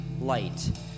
light